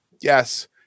yes